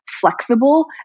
flexible